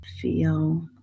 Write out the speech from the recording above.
feel